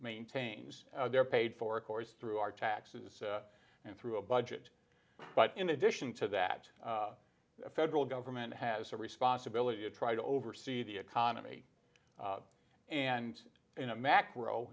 maintains they're paid for of course through our taxes and through a budget but in addition to that the federal government has a responsibility to try to oversee the economy and in a macro